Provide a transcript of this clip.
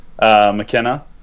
McKenna